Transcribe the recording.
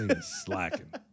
Slacking